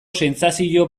sentsazio